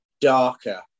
darker